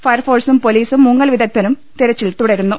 ഫയർഫോഴ്സും പൊലീസും മുങ്ങൽ വിദ്ഗ്ധ്രും തെരച്ചിൽ തുടരുന്നു